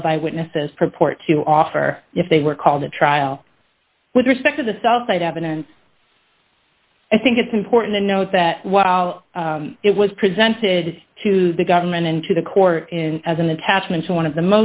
alibi witnesses purport to offer if they were called to trial with respect to the sell side evidence i think it's important to note that while it was presented to the government and to the court as an attachment to one of the